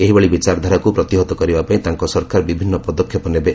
ଏହିଭଳି ବିଚାରାଧାରାକୁ ପ୍ରତିହତ କରିବା ପାଇଁ ତାଙ୍କ ସରକାର ବିଭିନ୍ନ ପଦକ୍ଷେପ ନେବେ